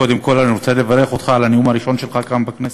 קודם כול אני רוצה לברך אותך על הנאום הראשון שלך כאן בכנסת.